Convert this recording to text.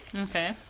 Okay